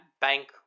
Bank